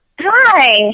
Hi